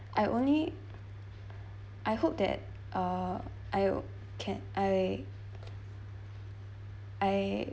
I only I hope that uh I can I I